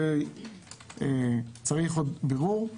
זה עוד צריך בירור.